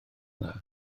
dda